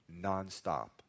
nonstop